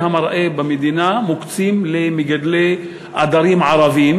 המרעה במדינה מוקצים למגדלי עדרים ערבים,